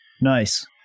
Nice